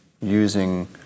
using